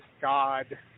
God